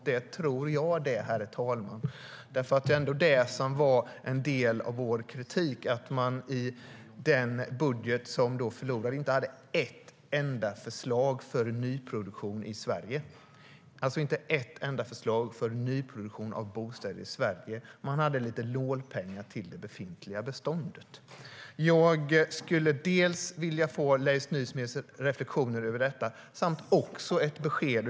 Det tror jag det, herr talman, för det är ändå det som var en del av vår kritik - att man i den budget som förlorade inte hade ett enda förslag för nyproduktion av bostäder i Sverige. Man hade lite nålpengar till det befintliga beståndet. Jag skulle alltså vilja få dels Leif Nysmeds reflektioner över det tidigare nämnda, dels ett besked.